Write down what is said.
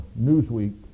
Newsweek